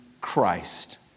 Christ